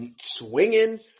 swinging